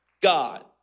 God